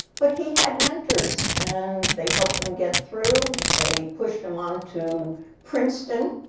but he had mentors. and they helped him get through. they pushed him on to princeton.